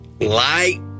Light